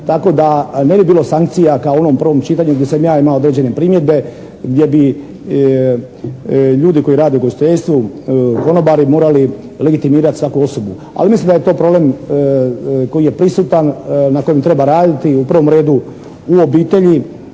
tako da ne bi bilo sankcija kao u onom prvom čitanju gdje sam ja imao određene primjedbe gdje bi ljudi koji rade u ugostiteljstvu konobari morali legitimirati svaku osobu. Ali mislim da je to problem koji je prisutan, na kojem treba raditi i u prvom redu u obitelji